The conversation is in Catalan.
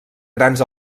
grans